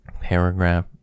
Paragraph